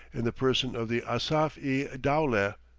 in the person of the asaf-i-dowleh,